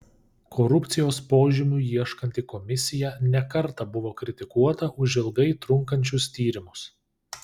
korupcijos požymių ieškanti komisija ne kartą buvo kritikuota už ilgai trunkančius tyrimus